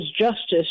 justice